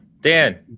Dan